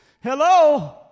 Hello